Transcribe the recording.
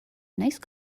nice